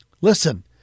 Listen